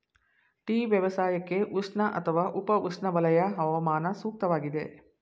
tea ವ್ಯವಸಾಯಕ್ಕೆ ಉಷ್ಣ ಅಥವಾ ಉಪ ಉಷ್ಣವಲಯ ಹವಾಮಾನ ಸೂಕ್ತವಾಗಿದೆ